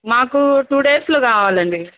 మాకు టూ డేస్లో కావాలండి